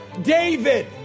David